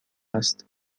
است